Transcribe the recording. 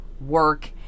work